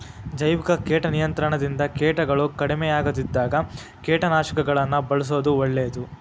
ಜೈವಿಕ ಕೇಟ ನಿಯಂತ್ರಣದಿಂದ ಕೇಟಗಳು ಕಡಿಮಿಯಾಗದಿದ್ದಾಗ ಕೇಟನಾಶಕಗಳನ್ನ ಬಳ್ಸೋದು ಒಳ್ಳೇದು